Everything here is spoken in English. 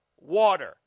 water